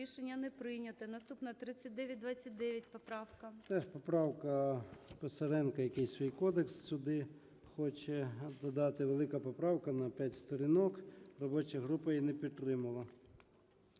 Рішення не прийнято. Наступна – 3929 поправка. 12:58:07 ЧЕРНЕНКО О.М. Теж поправка Писаренка, який свій кодекс сюди хоче додати. Велика поправка, на 5 сторінок. Робоча група її не підтримала.